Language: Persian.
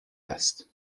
است